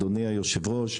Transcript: אדוני היושב-ראש,